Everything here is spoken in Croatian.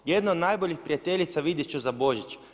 Jednu od najboljih prijateljica vidjet ću za Božić.